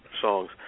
Songs